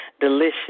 delicious